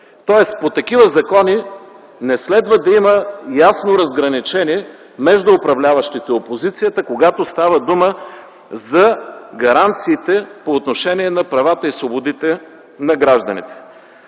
По такива закони не следва да има ясно разграничение между управляващите и опозицията, когато става дума за гаранциите по отношение на правата и свободите на гражданите.